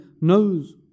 knows